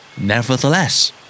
Nevertheless